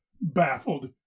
baffled